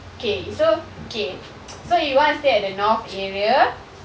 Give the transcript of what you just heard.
okay so okay so you wanna stay at the north area